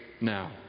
now